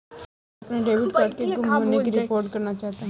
मैं अपने debit card के गुम होने की रिपोर्ट करना चाहता हूँ